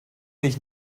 dich